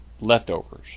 leftovers